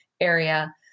area